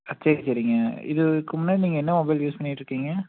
சரி சரிங்க இதுக்கு முன்னாடி நீங்கள் என்ன மொபைல் யூஸ் பண்ணிக்கிட்டிருக்கிங்க